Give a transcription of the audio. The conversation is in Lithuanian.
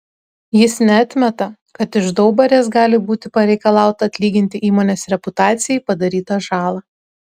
jis neatmeta kad iš daubarės gali būti pareikalauta atlyginti įmonės reputacijai padarytą žalą